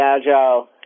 Agile